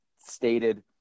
stated